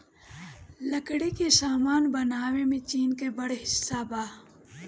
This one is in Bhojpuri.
लकड़ी के सामान बनावे में चीन के बड़ हिस्सा बा